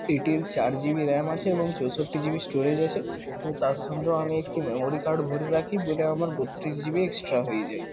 এটির চার GB RAM আছে এবং চৌষট্টি জিবি স্টোরেজ আছে এবং তার সঙ্গেও আমি একটি মেমোরি কার্ড ভরে রাখি বলে আমার বত্রিশ জিবি এক্সট্রা হয়ে যায়